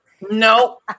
no